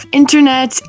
internet